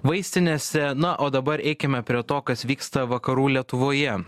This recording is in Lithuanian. vaistinėse na o dabar eikime prie to kas vyksta vakarų lietuvoje